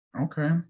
okay